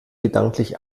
gedanklich